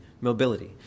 mobility